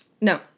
No